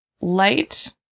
light